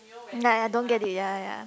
like I don't get it ya ya ya